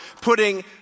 putting